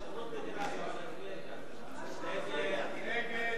ההצעה להסיר מסדר-היום את הצעת חוק הנצחת זכרם